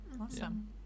awesome